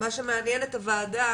מה שמעניין את הוועדה,